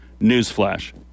Newsflash